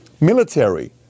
Military